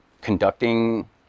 conducting